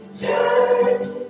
church